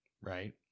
right